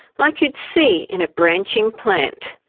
like you'd see in a branching plant.